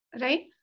right